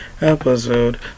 episode